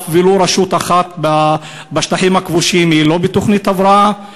אף רשות אחת בשטחים הכבושים היא לא בתוכנית הבראה.